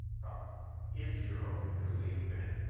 um is zero, if they're truly infinite.